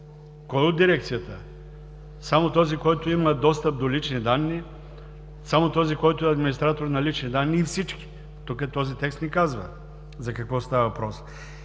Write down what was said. Кой от дирекцията? Само този, който има достъп до лични данни, само този, който е администратор на лични данни, или всички? Тук този текст не казва за какво става въпрос.